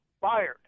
fired